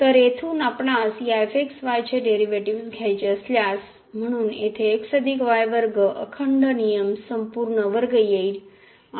तर येथून आपणास या चे डेरिव्हेटिव्ह्ज घ्यायचे असल्यास म्हणून येथे अखंड नियम संपूर्ण वर्ग येईल